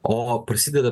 o prasideda